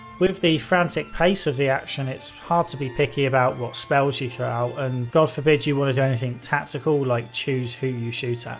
with the frantic pace of the action, it's hard to be picky about what spells you throw out and god forbid you want to do anything tactical like choose who you shoot at.